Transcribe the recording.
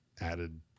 added